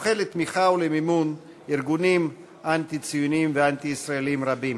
הזוכה לתמיכה ולמימון מארגונים אנטי-ציוניים ואנטי-ישראליים רבים.